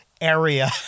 area